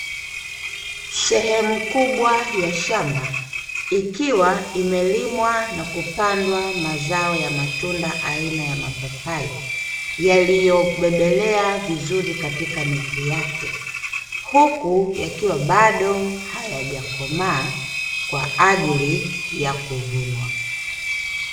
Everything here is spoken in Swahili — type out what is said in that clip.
Sehemu kubwa ya shamba ikiwa imelimwa na kupandwa azao ya matunda aina ya mapapai yaliobebelea vizuri katika miti yake, huku yakiwa bado hajakomaa kwajili ya kuvunwa.